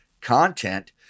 content